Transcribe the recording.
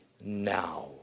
now